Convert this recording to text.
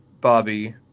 Bobby